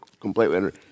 completely